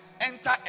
enter